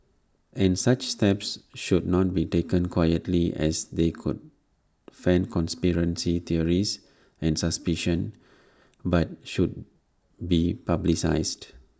and such steps should not be taken quietly as they could fan conspiracy theories and suspicion but should be publicised